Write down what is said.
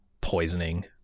poisoning